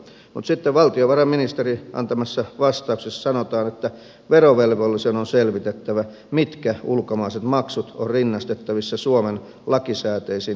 mutta sitten valtiovarainministerin antamassa vastauksessa sanotaan että verovelvollisen on selvitettävä mitkä ulkomaiset maksut ovat rinnastettavissa suomen lakisääteisiin pakollisiin maksuihin